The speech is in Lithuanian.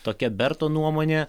tokia berto nuomonė